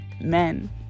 men